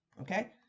okay